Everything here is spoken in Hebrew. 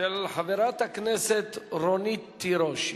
של חברת הכנסת רונית תירוש.